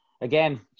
again